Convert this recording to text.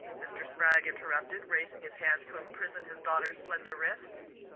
mr. spragg interrupted, raising his hands to imprison his daughter's slender wrists.